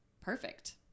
perfect